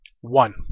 One